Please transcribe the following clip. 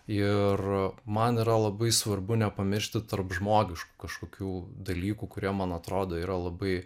ir man yra labai svarbu nepamiršti tarp žmogiškų kažkokių dalykų kurie man atrodo yra labai